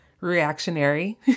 reactionary